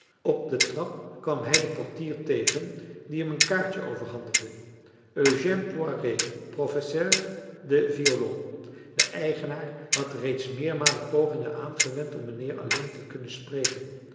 op de trap kwam hij den portier tegen die hem een kaartje overhandigde marcellus emants een drietal novellen eugène poiré professeur de violon de eigenaar had reeds meermalen pogingen aangewend om mijnheer alleen te kunnen spreken